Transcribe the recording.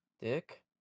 Dick